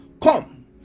Come